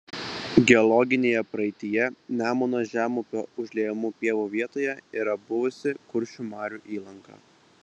geologinėje praeityje nemuno žemupio užliejamų pievų vietoje yra buvusi kuršių marių įlanka